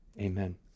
amen